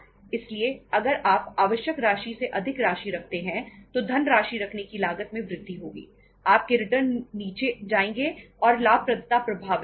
इसलिए अगर आप आवश्यक राशि से अधिक राशि रखते हैं तो धनराशि रखने की लागत में वृद्धि होगी आपके रिटर्न नीचे जाएंगे और लाभप्रदता प्रभावित होगी